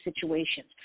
situations